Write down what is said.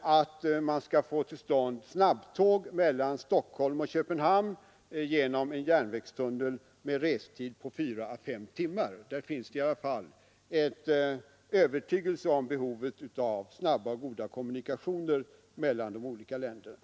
att man skall få till stånd snabbtåg mellan Stockholm och Köpenhamn genom en järnvägstunnel och med en restid på fyra till fem timmar. Där finns i alla fall övertygelse om behovet av snabba och goda kommunikationer mellan olika länder.